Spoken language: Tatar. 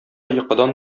йокыдан